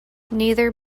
neither